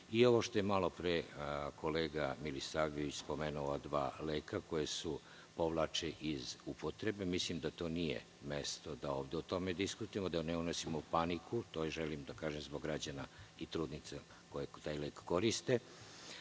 što je malopre kolega Milisavljević spomenuo dva leka koji se povlače iz upotrebe, mislim da nije mesto da ovde o tome diskutujemo, da ne unosimo paniku. To želim da kažem zbog građana i trudnica koje taj lek koriste.